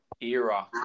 era